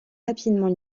rapidement